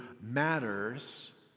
matters